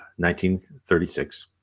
1936